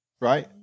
right